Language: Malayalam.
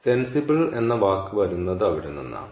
സെൻസിബിൾ എന്ന വാക്ക് വരുന്നത് അവിടെ നിന്നാണ്